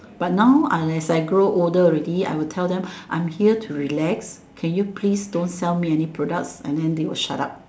but now I as I grow older already I will tell them I'm here to relax can you please don't sell me any products and then they will shut up